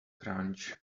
crunch